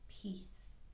peace